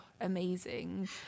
amazing